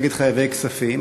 נגד חייבי כספים.